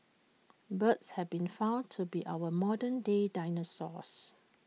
birds have been found to be our modern day dinosaurs